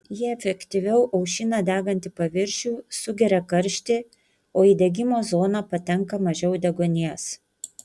ji efektyviau aušina degantį paviršių sugeria karštį o į degimo zoną patenka mažiau deguonies